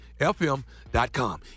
FM.com